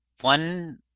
One